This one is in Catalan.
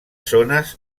zones